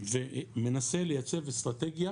ומנסה לעצב אסטרטגיה